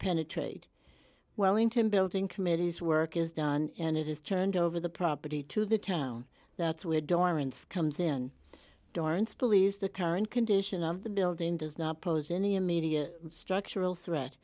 penetrate wellington building committee's work is done and it is turned over the property to the town that's where dorrance comes in dorrance police the current condition of the building does not pose any immediate structural threat